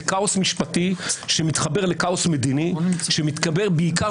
זה כאוס משפטי שמתחבר לכאוס מדיני שמתגבר בעיקר